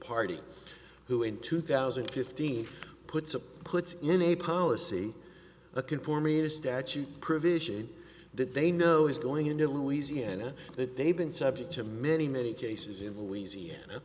party who in two thousand and fifteen puts puts in a policy a conformity to statute provision that they know is going into louisiana that they've been subject to many many cases in louisiana